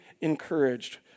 encouraged